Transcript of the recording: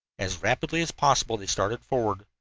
as rapidly as possible they started forward.